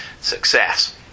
success